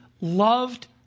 loved